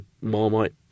Marmite